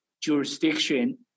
jurisdiction